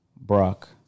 Brock